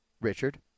Richard